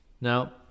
Now